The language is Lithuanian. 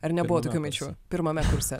ar nebuvo tokių minčių pirmame kurse